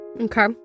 Okay